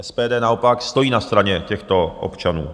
SPD naopak stojí na straně těchto občanů.